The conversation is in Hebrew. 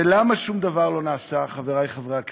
ולמה שום דבר לא נעשה, חברי חברי הכנסת?